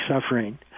suffering